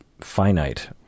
finite